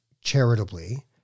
charitably